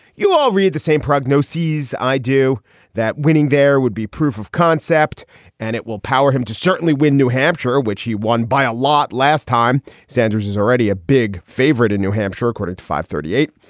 you all read the same prognoses. i do that winning there would be proof of concept and it will power him to certainly win new hampshire, which he won by a lot last time. sanders is already a big favorite in new hampshire, according to fivethirtyeight.